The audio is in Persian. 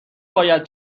باید